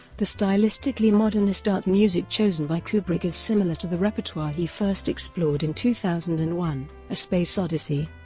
the stylistically modernist art-music chosen by kubrick is similar to the repertoire he first explored in two thousand and one a space odyssey.